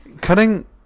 Cutting